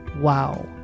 Wow